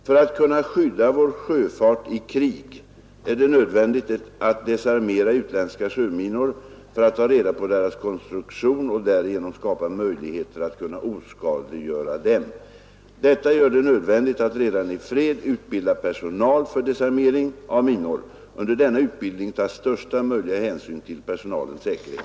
För att kunna skydda vår sjöfart i krig är det nödvändigt att desarmera utländska sjöminor för att ta reda på deras konstruktion och därigenom skapa möjligheter att oskadliggöra dem. Detta gör det nödvändigt att redan i fred utbilda personal för desarmering av minor. Under denna utbildning tas största möjliga hänsyn till personalens säkerhet.